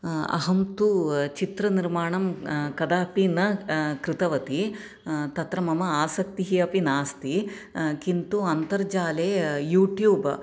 अहं तु चित्रनिर्माणं कदापि न कृतवती तत्र मम आसक्तिः अपि नास्ति किन्तु अन्तर्जाले युट्युब्